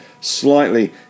slightly